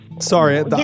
Sorry